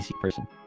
person